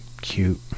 cute